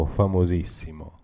famosissimo